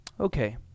Okay